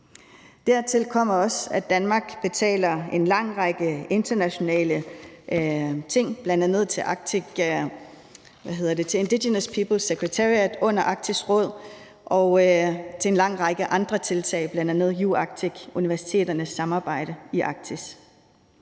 Dertil kommer, at Danmark betaler en lang række internationale ting, bl.a. Indigenous Peoples Secretariat under Arktisk Råd, og til en lang række andre tiltag, bl.a. UArctic-universiteternes samarbejde i Arktis.